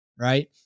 Right